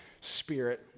Spirit